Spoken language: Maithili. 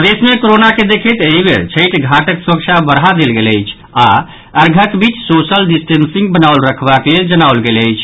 प्रदेश मे कोरोना के देखैत एहि बेर छठि घाटक सुरक्षा बढ़ा देल गेल अछि आओर अर्ध्यक बीच सोशल डिस्टेसिंग बनाओल रखबाक लेल जनाओल गेल अछि